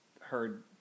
heard